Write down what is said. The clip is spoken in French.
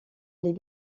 les